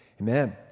Amen